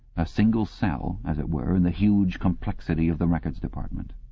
a single cell, as it were, in the huge complexity of the records department.